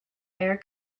air